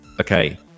Okay